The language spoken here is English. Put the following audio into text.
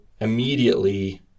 immediately